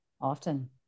often